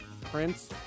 Prince